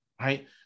right